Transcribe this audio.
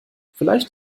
vielleicht